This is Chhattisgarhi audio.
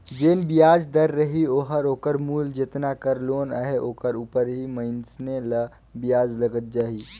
जेन बियाज दर रही ओहर ओकर मूल जेतना कर लोन अहे ओकर उपर ही मइनसे ल बियाज लगत जाही